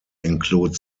include